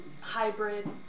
hybrid